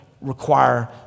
require